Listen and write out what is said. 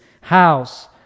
house